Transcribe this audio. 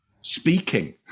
speaking